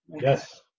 yes